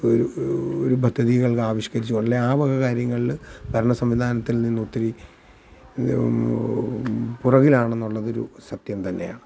ഒരു ഒരു ഒരു പദ്ധതികൾ ആവിഷ്ക്കരിച്ചോ അല്ലെങ്കിൽ ആ വക കാര്യങ്ങളിൽ ഭരണ സംവിധാനത്തിൽ നിന്ന് ഒത്തിരി പുറകിലാണെന്നുള്ളതൊരു സത്യം തന്നെയാണ്